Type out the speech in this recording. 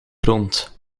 grond